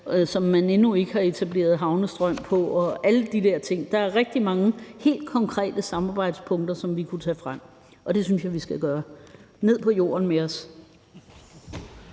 som man endnu ikke har etableret havnestrøm på og alle de der ting. Der er rigtig mange helt konkrete samarbejdspunkter, som vi kunne tage frem, og det synes jeg vi skulle gøre. Ned på jorden med os!